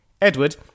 Edward